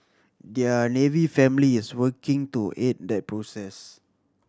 their Navy family is working to aid that process